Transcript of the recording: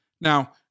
now